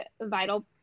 vital